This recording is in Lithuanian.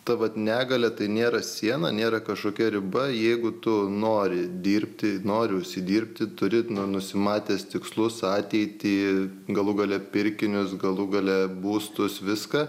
ta vat negalia tai nėra siena nėra kažkokia riba jeigu tu nori dirbti nori užsidirbti turi nusimatęs tikslus ateitį galų gale pirkinius galų gale būstus viską